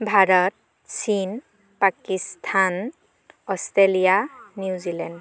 ভাৰত চীন Pakistan Australia New Zealand